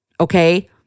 Okay